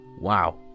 wow